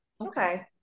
Okay